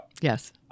Yes